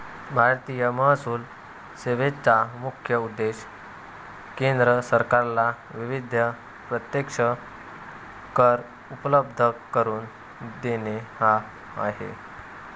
भारतीय महसूल सेवेचा मुख्य उद्देश केंद्र सरकारला विविध प्रत्यक्ष कर उपलब्ध करून देणे हा आहे